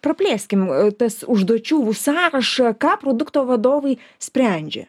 praplėskim tas užduočių sąrašą ką produkto vadovai sprendžia